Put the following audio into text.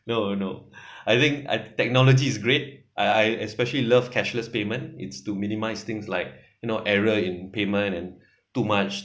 no no I think I technology is great I I especially love cashless payment it's to minimize things like you know error in payment and too much